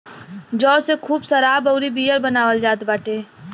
जौ से खूब शराब अउरी बियर बनावल जात बाटे